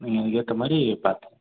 நீங்கள் அதுக்கேற்ற மாதிரி பார்த்துக்க